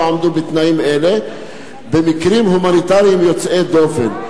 עמדו בתנאים אלה במקרים הומניטריים יוצאי דופן.